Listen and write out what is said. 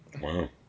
Wow